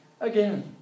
again